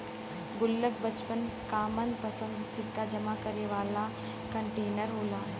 गुल्लक बच्चन क मनपंसद सिक्का जमा करे वाला कंटेनर होला